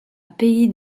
pays